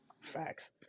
Facts